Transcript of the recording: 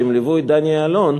שליוו את דני אילון,